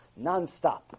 nonstop